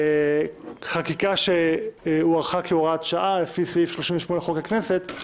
כלומר חקיקה שהוארכה כהוראת שעה לפי סעיף 38 לחוק הכנסת,